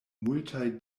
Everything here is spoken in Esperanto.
multaj